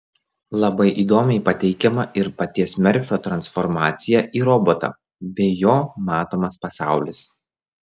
labai įdomiai pateikiama ir paties merfio transformacija į robotą bei jo matomas pasaulis